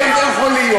הרי איך זה יכול להיות?